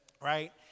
right